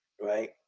Right